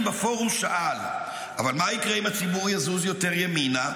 בפורום שאל: אבל מה יקרה אם הציבור יזוז יותר ימינה,